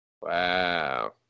Wow